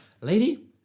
Lady